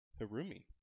Harumi